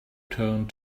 turned